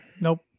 Nope